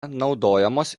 naudojamos